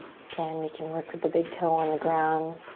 again, we can work with the big toe on the ground.